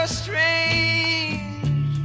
strange